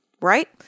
right